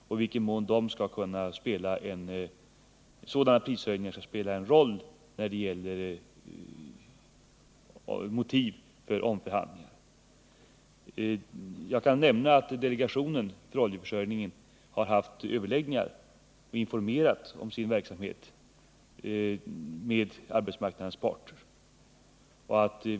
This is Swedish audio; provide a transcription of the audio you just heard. I vilken mån, undrade han, skall sådana prishöjningar spela en roll när det gäller motiv för omförhandlingar? Jag kan nämna att delegationen för oljeförsörjning har haft överläggningar med arbetsmarknadens parter och informerat om sin syn.